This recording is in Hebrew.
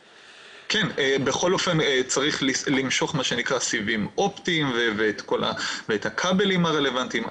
בכל אופן צריך למשוך מה שנקרא סיבים אופטיים ואת הכבלים הרלוונטיים.